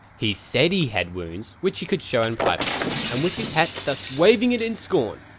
he said he had wounds, which he could show in private and with his hat, thus waving it in scorn,